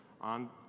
on